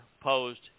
posed